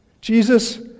Jesus